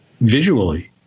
visually